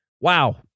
wow